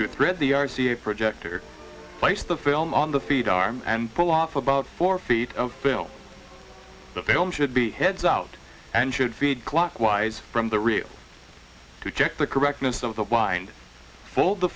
thread the r c a projector placed the film on the feed arm and pull off about four feet of film the film should be heads out and should feed clockwise from the real to check the correctness of the wind pull the